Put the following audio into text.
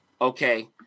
Okay